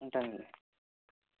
ఉంటానండి